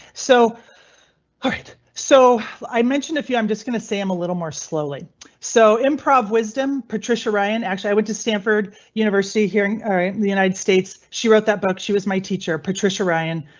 so alright. so i mentioned a few. i'm just going to say i'm a little more slowly so improv wisdom, patricia ryan. actually, i went to stanford university here in and the united states. she wrote that book. she was my teacher, patricia ryan,